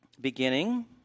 beginning